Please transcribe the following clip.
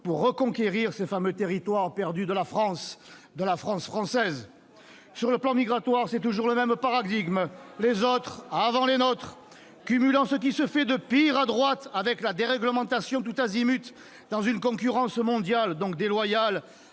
pour reconquérir ces fameux territoires perdus de la France, de la France française ! Sur le plan migratoire, c'est toujours le même paradigme : les autres avant les nôtres ! Cumulant ce qui se fait de pire à droite, avec la déréglementation tous azimuts, dans une concurrence mondiale, donc déloyale,